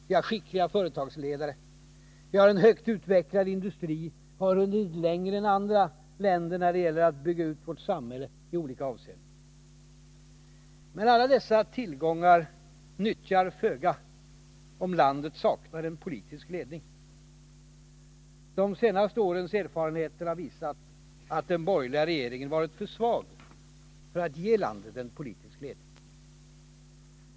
Vi har skickliga företagsledare, en högt utvecklad industri, och vi har hunnit längre än andra länder när det gäller att bygga ut samhället i olika avseenden. Alla dessa tillgångar nyttar emellertid föga om landet saknar en politisk ledning. De senaste årens erfarenheter har visat att den borgerliga regeringen varit för svag för att ge landet en politisk ledning.